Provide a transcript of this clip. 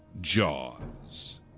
Jaws